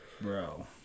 bro